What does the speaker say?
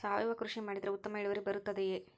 ಸಾವಯುವ ಕೃಷಿ ಮಾಡಿದರೆ ಉತ್ತಮ ಇಳುವರಿ ಬರುತ್ತದೆಯೇ?